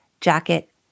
jacket